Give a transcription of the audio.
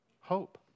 hope